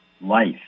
life